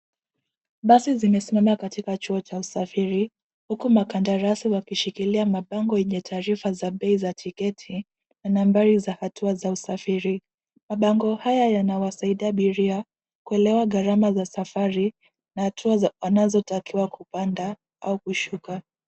Basi zimesimama katika chuo cha usafiri huku makadarasi wakishikilia mabango yenye taarifa za bei za tiketi nambari za hatua za usafiri. Mabango haya yanawasaidia abiria kuelewa gharama za safari na hatua wanazotakiwa kupanda au kushuka.